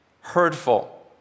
hurtful